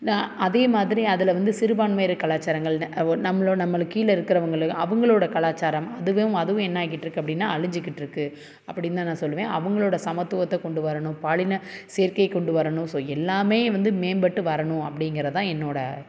அதே மாதிரி அதில் வந்து சிறுபான்மையினர் கலாச்சாரங்கள்னு நம்மளும் நம்மளுக்கு கீழே இருக்கிறவங்களும் அவங்களோட கலாச்சாரம் அதுவும் அதுவும் என்ன ஆகிட்டு இருக்குது அப்படின்னா அழிஞ்சிகிட்டு இருக்குது அப்படின்னுதான் நான் சொல்லுவேன் அவங்களோட சமத்துவத்தை கொண்டு வரணும் பாலின சேர்க்கை கொண்டு வரணும் ஸோ எல்லாமே வந்து மேம்பட்டு வரணும் அப்படிங்கிறதுதான் என்னோட